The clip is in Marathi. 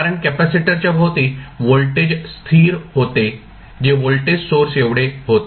कारण कॅपेसिटरच्या भोवती व्होल्टेज स्थिर होते जे व्होल्टेज सोर्स एवढे होते